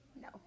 No